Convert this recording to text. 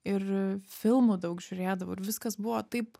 ir filmų daug žiūrėdavau ir viskas buvo taip